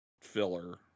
filler